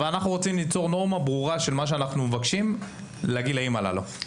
אבל אנחנו רוצים ליצור נורמה ברורה של מה שאנחנו מבקשים לגילאים הללו.